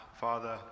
Father